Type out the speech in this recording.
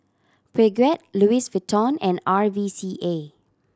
Peugeot Louis Vuitton and R V C A